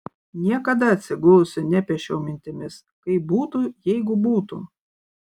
niekada atsigulusi nepiešiau mintimis kaip būtų jeigu būtų